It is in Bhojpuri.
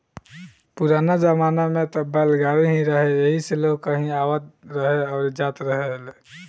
पुराना जमाना में त बैलगाड़ी ही रहे एही से लोग कहीं आवत रहे अउरी जात रहेलो